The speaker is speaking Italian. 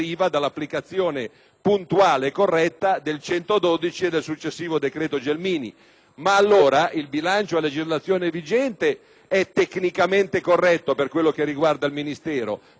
però, il bilancio a legislazione vigente è tecnicamente corretto per quello che riguarda il Ministero, ma questo mette in mora politicamente il Ministro che non potrà fare le cose che oggi ha enunciato.